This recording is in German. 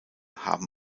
haben